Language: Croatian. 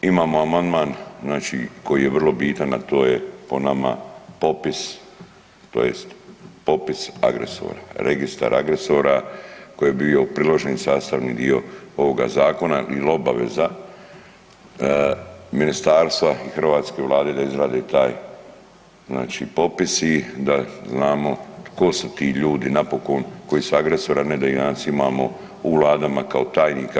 Imamo amandman znači koji je vrlo bitan, a to je po nama popis, tj. popis agresora, registar agresora koji je bio priloženi, sastavni dio ovoga zakona ili obaveza ministarstva i hrvatske Vlade da izrade taj, znači popis i da znamo tko su ti ljudi napokon koji su agresori a ne da ih danas imamo u vladama kao tajnika.